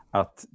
att